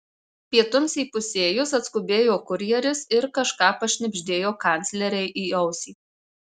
pietums įpusėjus atskubėjo kurjeris ir kažką pašnibždėjo kanclerei į ausį